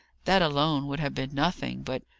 that alone would have been nothing but,